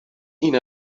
این